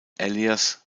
elias